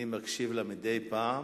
אני מקשיב לה מדי פעם,